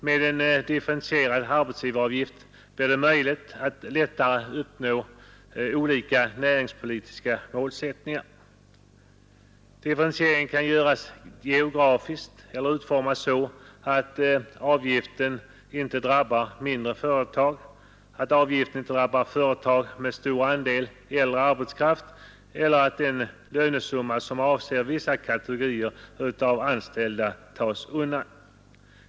Med en differentierad arbetsgivaravgift blir det möjligt att lättare uppnå olika näringspolitiska målsättningar. Differentieringen kan göras geografiskt eller utformas så att avgiften inte drabbar mindre företag, företag med stor andel äldre arbetskraft eller den lönesumma som avser vissa kategorier av anställda.